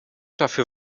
dafür